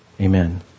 Amen